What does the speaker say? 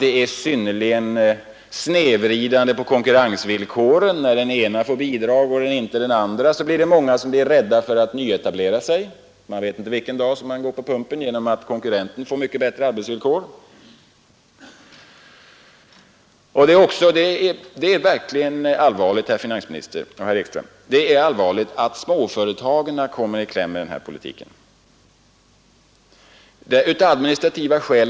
Det snedvrider konkurrensvillkoren; när den ena får bidrag och inte den andra är det många som blir rädda för att nyetablera sig man vet inte vilken dag man går på pumpen på grund av att konkurrenten får mycket bättre arbetsvillkor. Det är verkligen allvarligt, herr finansminister och herr Ekström, att småföretagen kommer i kläm på grund av den här politiken.